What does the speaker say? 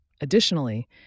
Additionally